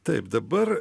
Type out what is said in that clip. taip dabar